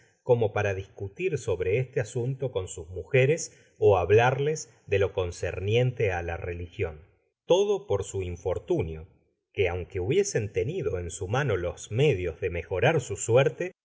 divinas para discutir sobre este asunto con sus mujeres ó hablarlas de lo concerniente á la religion todo por su infortunio que aunque hubiesen tenido en su mano los medios de mejorar su suerte